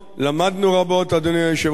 למדנו רבות, אדוני היושב-ראש.